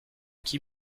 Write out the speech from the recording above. qui